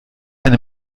eine